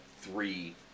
three